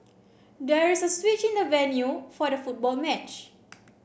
there was a switch in the venue for the football match